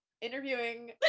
interviewing